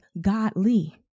godly